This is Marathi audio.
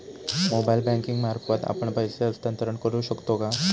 मोबाइल बँकिंग मार्फत आपण पैसे हस्तांतरण करू शकतो का?